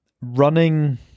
running